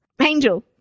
Angel